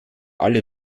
alle